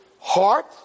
heart